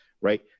right